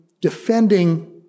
defending